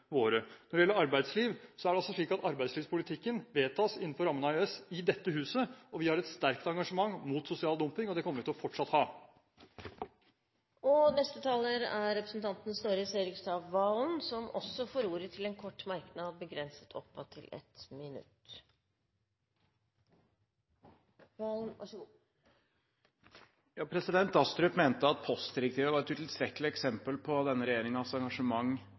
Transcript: våre. Når det gjelder arbeidsliv, vedtas arbeidslivspolitikken innenfor rammene av EØS i dette huset, og vi har et sterkt engasjement mot sosial dumping, og det kommer vi til fortsatt å ha. Representanten Snorre Serigstad Valen har hatt ordet to ganger tidligere og får ordet til en kort merknad, begrenset til 1 minutt. Astrup mente at postdirektivet var et utilstrekkelig eksempel på denne regjeringens engasjement